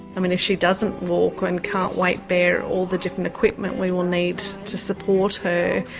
i mean if she doesn't walk and can't weight-bear all the different equipment, we will need to support her,